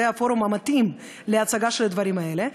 זה הפורום המתאים להצגה של הדברים האלה,